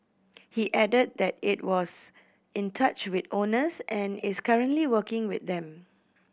he added that it was in touch with owners and is currently working with them